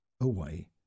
away